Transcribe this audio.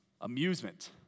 amusement